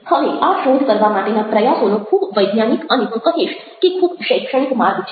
હવે આ શોધ કરવા માટેના પ્રયાસોનો ખૂબ વૈજ્ઞાનિક અને હું કહીશ કે ખૂબ શૈક્ષણિક માર્ગ છે